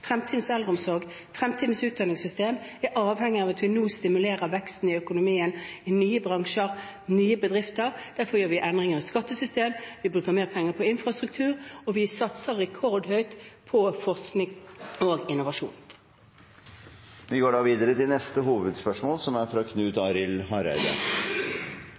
fremtidens eldreomsorg og fremtidens utdanningssystem er avhengig av at vi nå stimulerer veksten i økonomien i nye bransjer og nye bedrifter. Derfor gjør vi endringer i skattesystemer, vi bruker mer penger på infrastruktur, og vi satser rekordhøyt på forskning og innovasjon. Vi går videre til neste hovedspørsmål.